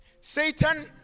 Satan